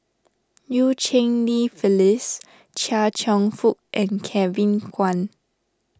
Eu Cheng Li Phyllis Chia Cheong Fook and Kevin Kwan